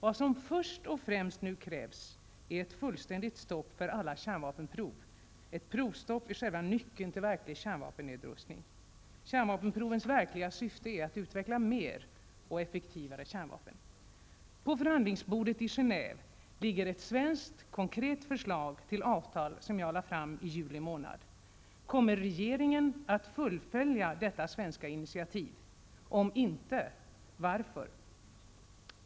Vad som för det första nu krävs är ett fullständigt stopp för alla kärnvapenprov. Ett provstopp är själva nyckeln till verklig kärnvapennedrustning. Kärnvapenprovens verkliga syfte är att utveckla mer och effektivare kärnvapen. På förhandlingsbordet i Genève ligger ett svenskt, konkret förslag till avtal som jag lade fram i juli månad. Kommer regeringen att fullfölja detta svenska initiativ? Om inte, varför?